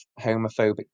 homophobic